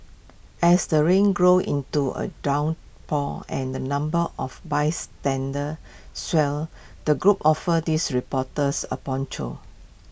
as the rain grew into A downpour and the number of bystanders swelled the group offered this reporters A poncho